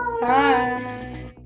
Bye